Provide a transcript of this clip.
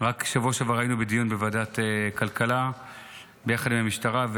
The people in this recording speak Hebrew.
בשבוע שעבר היינו בדיון בוועדת כלכלה ביחד עם המשטרה,